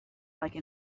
like